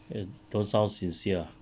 e~ don't sound sincere ah